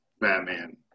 Batman